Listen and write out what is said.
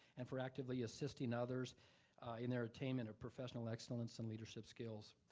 and for actively assisting others in their attainment of professional excellence and leadership skills.